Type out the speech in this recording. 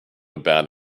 about